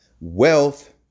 Wealth